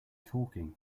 talking